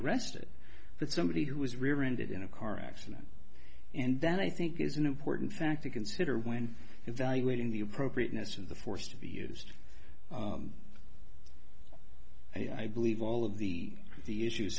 arrested that somebody who was rear ended in a car accident and then i think is an important fact to consider when evaluating the appropriateness of the force to be used and i believe all of the the issues